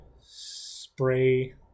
spray